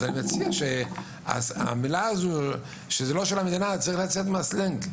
אני מציע שהמשפט הזה שזה לא של המדינה צריך לצאת מהסלנג.